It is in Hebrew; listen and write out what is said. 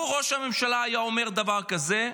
לו ראש הממשלה היה אומר דבר כזה,